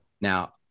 Now